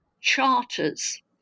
charters